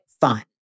fun